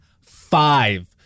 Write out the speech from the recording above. five